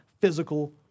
physical